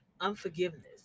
unforgiveness